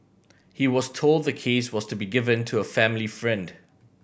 he was told the case was to be given to a family friend